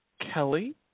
Kelly